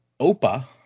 Opa